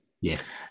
Yes